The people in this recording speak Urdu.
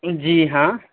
جی ہاں